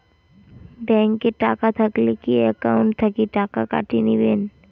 Bank এ টাকা থাকিলে কি একাউন্ট থাকি টাকা কাটি নিবেন?